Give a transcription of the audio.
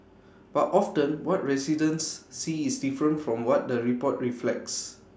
but often what residents see is different from what the report reflects